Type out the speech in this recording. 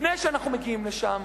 לפני שאנחנו מגיעים לשם,